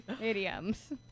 Idioms